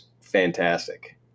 fantastic